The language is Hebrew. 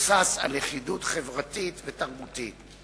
המבוסס על לכידות חברתית ותרבותית.